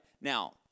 Now